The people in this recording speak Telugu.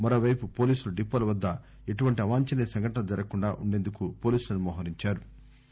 మరోవైపు పోలీసులు డిపోల వద్ద ఎటువంటి అవాంఛనీయ సంఘటనలు జరగకుండా ఉండేందుకు పోలీసులను మోహరించారు